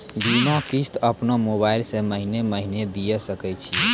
बीमा किस्त अपनो मोबाइल से महीने महीने दिए सकय छियै?